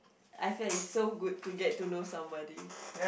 I feel that it's so good to get to know somebody